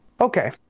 okay